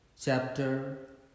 Chapter